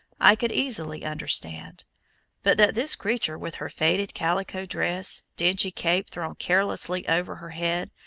i could easily understand but that this creature with her faded calico dress, dingy cape thrown carelessly over her head,